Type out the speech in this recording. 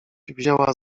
wzięła